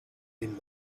den